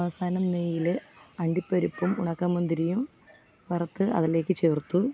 അവസാനം നെയ്യിൽ അണ്ടിപ്പരിപ്പും ഉണക്കമുന്തിരിയും വറുത്ത് അതിലേക്ക് ചേർത്തു